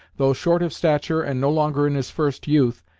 though short of stature and no longer in his first youth,